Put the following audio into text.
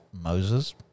Moses